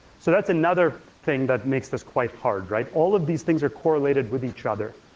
so that's another thing that makes this quite hard, right? all of these things are correlated with each other.